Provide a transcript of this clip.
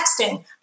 texting